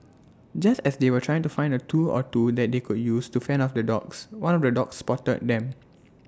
just as they were trying to find A tool or two that they could use to fend off the dogs one of the dogs spotted them